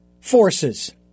forces